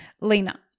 Lena